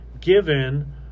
given